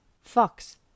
Fox